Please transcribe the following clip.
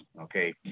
okay